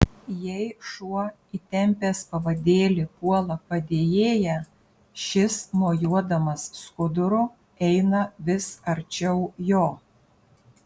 jei šuo įtempęs pavadėlį puola padėjėją šis mojuodamas skuduru eina vis arčiau jo